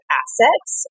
assets